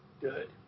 good